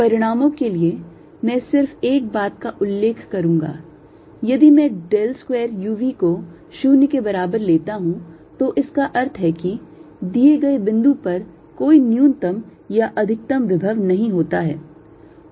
परिणामों के लिए मैं सिर्फ एक बात का उल्लेख करूंगा यदि मैं del square U V को 0 के बराबर लेता हूं तो इसका अर्थ है कि दिए गए बिंदु पर कोई न्यूनतम या अधिकतम विभव नहीं होता है